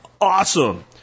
awesome